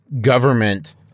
government